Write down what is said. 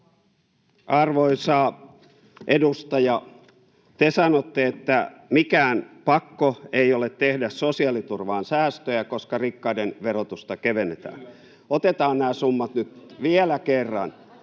Arvoisa edustaja, te sanotte, että mikään pakko ei ole tehdä sosiaaliturvaan säästöjä, koska rikkaiden verotusta kevennetään. [Kimmo Kiljunen: Kyllä!] Otetaan nämä summat nyt vielä kerran.